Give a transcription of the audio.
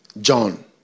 John